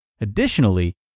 Additionally